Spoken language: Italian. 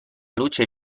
luce